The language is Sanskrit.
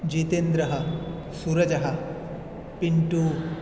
जितेन्द्रः सुरजः पिन्टू